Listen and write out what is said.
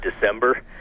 December